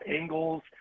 angles –